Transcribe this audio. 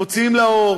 אני אומר,